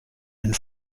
einen